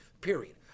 period